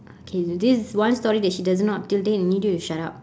okay this is one story that she doesn't know up till day and I need you to shut up